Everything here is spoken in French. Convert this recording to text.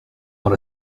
dans